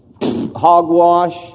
hogwash